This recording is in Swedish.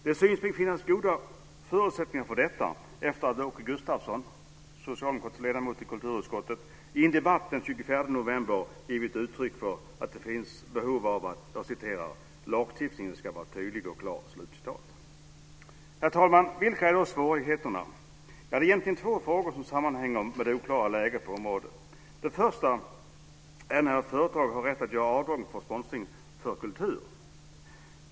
Det syns mig finnas goda förutsättningar för detta efter det att Åke Gustavsson, s-ledamot i kulturutskottet, i en debatt den 24 november givit uttryck för att det finns behov av att "lagstiftningen ska vara tydlig och klar". Herr talman! Vilka är då svårigheterna? Det är egentligen två frågor som sammanhänger med det oklara läget på området. Den första är när ett företag har rätt göra avdrag för sponsring av kultur.